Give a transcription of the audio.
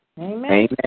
Amen